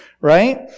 right